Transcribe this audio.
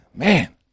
Man